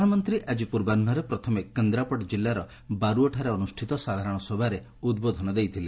ପ୍ରଧାନମନ୍ତୀ ଆକି ପୂର୍ବାହ୍ବରେ ପ୍ରଥମେ କେନ୍ଦ୍ରାପଡ଼ା ଜିଲ୍ଲାର ବାରୁଅଠାରେ ଅନୁଷିତ ସାଧାରଶ ସଭାରେ ଉଦ୍ବୋଧନ ଦେଇଥିଲେ